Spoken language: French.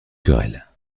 querelle